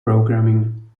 programming